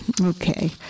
Okay